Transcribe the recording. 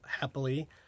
happily